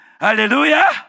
Hallelujah